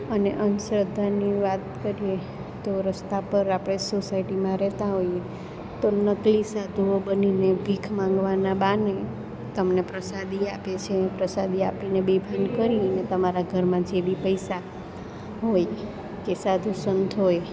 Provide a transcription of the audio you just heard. અને અંધશ્રદ્ધાની વાત કરીએ તો રસ્તા પર આપણે સોસાયટીમાં રહેતાં હોઈએ તો નકલી સાધુઓ બનીને ભીખ માંગવાનાં બહાને તમને પ્રસાદી આપે છે પ્રસાદી આપીને બેભાન કરી અને તમારા ઘરમાં જે બી પૈસા હોય કે સાધુ સંત હોય